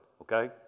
okay